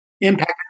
impact